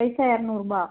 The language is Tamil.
பைசா இருநூறுபா